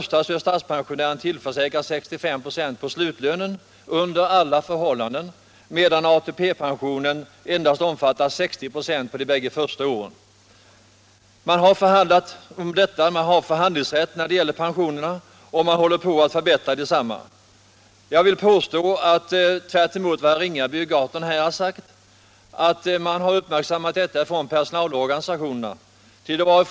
Statspensionären är tillförsäkrad 65 96 på slutlönen under alla förhållanden, medan ATP-pensionen uppgår till 60 96 under de båda första åren. Man har förhandlingsrätt när det gäller pensionerna, och man håller på med att förbättra dem. Jag vill påstå att tvärtemot vad herr Ringaby och herr Gahrton har sagt har personalorganisationerna uppmärksammat problemen.